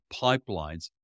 pipelines